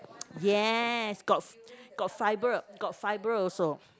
yes got got fiber got fiber also